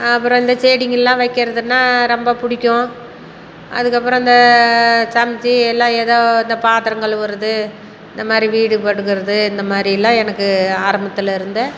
அப்பறம் இந்த செடிங்கள்லாம் வைக்கிறதுன்னால் ரொம்ப பிடிக்கும் அதுக்கப்பறம் இந்த சமைச்சி எல்லாம் ஏதோ இந்த பாத்திரம் கழுவுறது இந்த மாதிரி வீடு பெருக்குகிறது இந்த மாதிரி எல்லாம் எனக்கு ஆரம்பத்துலேருந்தே